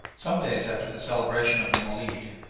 some days after the celebration of the molid,